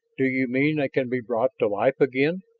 do you mean they can be brought to life again!